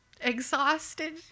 exhausted